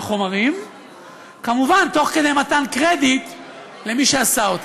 כמובן במתן קרדיט למי שעשה אותם.